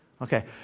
Okay